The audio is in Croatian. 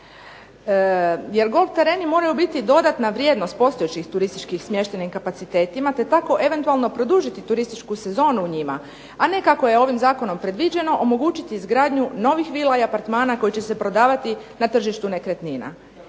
Jer golf tereni moraju biti dodatna vrijednost postojećim turističkim smještajnim kapacitetima te tako eventualno produžiti turističku sezonu u njima, a ne kako je ovim zakonom predviđeno, omogućiti izgradnju novih vila i apartmana koji će se prodavati na tržištu nekretnina.